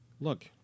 look